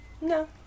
No